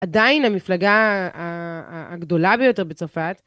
עדיין המפלגה הגדולה ביותר בצרפת